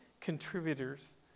contributors